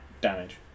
damage